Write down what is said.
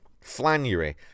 Flannery